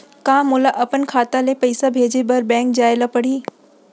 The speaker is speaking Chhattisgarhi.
का मोला अपन खाता ले पइसा भेजे बर बैंक जाय ल परही?